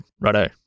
Righto